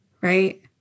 Right